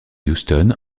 houston